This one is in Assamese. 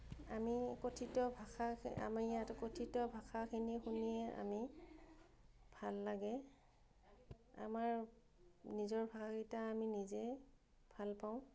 আমি কথিত ভাষাক আমি ইয়াত কথিত ভাষাখিনি শুনিয়ে আমি ভাল লাগে আমাৰ নিজৰ ভাষাকেইটা আমি নিজে ভালপাওঁ